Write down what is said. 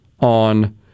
on